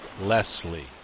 Leslie